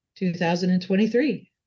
2023